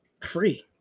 free